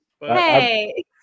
Hey